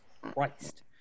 Christ